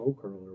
curler